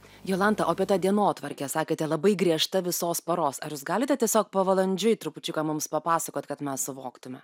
jolanta o apie tą dienotvarkę sakėte labai griežta visos paros ar galite tiesiog pavalandžiui trupučiuką mums papasakot kad mes suvoktume